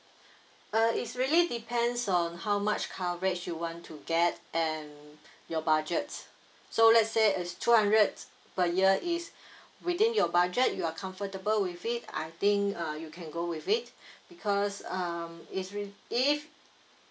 uh is really depends on how much coverage you want to get and your budget so let's say is two hundred per year is within your budget you are comfortable with it I think uh you can go with it because um is rea~ if